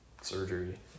surgery